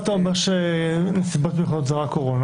אתה אומר שנסיבות מיוחדות זה רק קורונה?